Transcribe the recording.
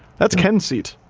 that's ken's seat.